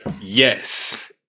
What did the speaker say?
Yes